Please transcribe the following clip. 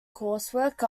coursework